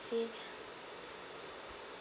see